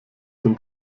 dem